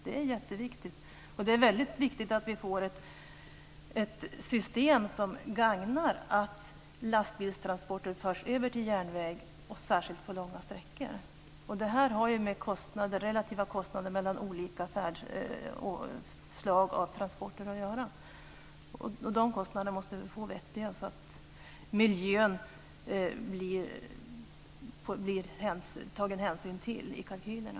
Det är väldigt viktigt att vi får ett system som gagnar att lastbilstransporter förs över till järnväg, särskilt på långa sträckor. Det här har med relativa kostnader mellan olika slag av transporter att göra. De kostnaderna måste vi få vettiga så att miljön blir tagen hänsyn till i kalkylerna.